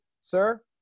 sir